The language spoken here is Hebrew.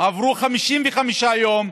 עברו 55 יום,